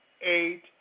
eight